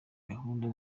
gahunda